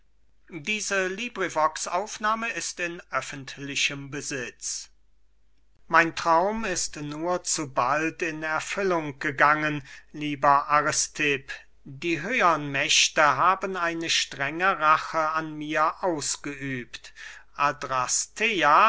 xxxvi lais an aristipp mein traum ist nur zu bald in erfüllung gegangen lieber aristipp die höhern mächte haben eine strenge rache an mir ausgeübt